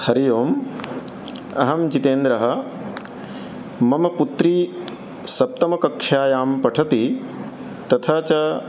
हरिः ओम् अहं जितेन्द्रः मम पुत्री सप्तमकक्षायां पठति तथा च